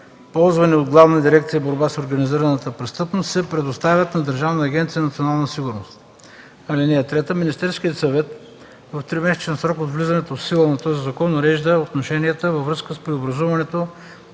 ползвани от Главна дирекция „Борба с организираната престъпност”, се предоставят на Държавна агенция „Национална сигурност”. (3) Министерският съвет в тримесечен срок от влизането в сила на този закон урежда отношенията във връзка с преобразуването